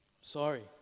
Sorry